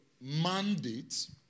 mandate